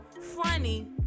funny